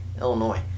Illinois